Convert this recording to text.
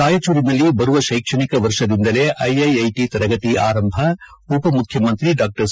ರಾಯಚೂರಿನಲ್ಲಿ ಬರುವ ಶೈಕ್ಷಣಿಕ ವರ್ಷದಿಂದಲೇ ಐಐಐಟಿ ತರಗತಿ ಆರಂಭ ಉಪಮುಖ್ಯಮಂತ್ರಿ ಡಾ ಸಿ